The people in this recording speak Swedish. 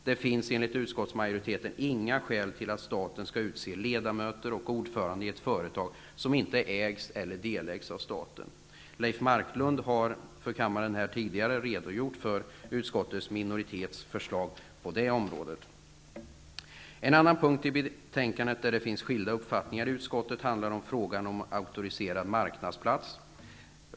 Det finns enligt utskottsmajoriteten inga skäl till att staten skall utse ledamöter och ordförande i ett företag som inte ägs eller delägs av staten. Leif Marklund har här redogjort för utskottsminoritetens förslag på detta område. En annan punkt i betänkandet där det finns skilda uppfattningar i utskottet handlar om frågan om auktoriserad marknadsplats.